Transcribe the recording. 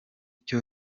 cyo